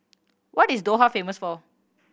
what is Doha famous for